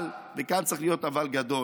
אבל, וכאן צריך להיות אבל גדול,